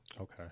okay